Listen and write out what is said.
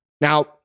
now